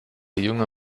junge